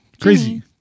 Crazy